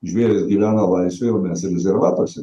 žvėrys gyvena laisvėj o mes rezervatuose